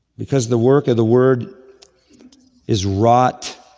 because the work of the word is wrought